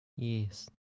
Yes